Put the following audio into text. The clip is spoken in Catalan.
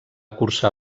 cursar